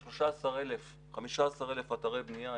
יש 15,000 אתרי בנייה,